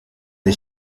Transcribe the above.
the